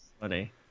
funny